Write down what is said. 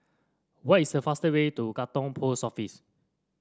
what is the fastest way to Katong Post Office